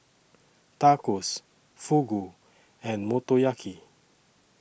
Tacos Fugu and Motoyaki